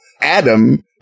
adam